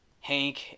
hank